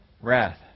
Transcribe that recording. wrath